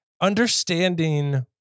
understanding